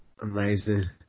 Amazing